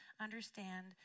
understand